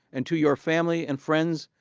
and to your family and friends,